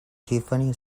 tiffany